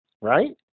right